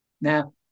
Now